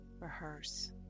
rehearse